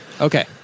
Okay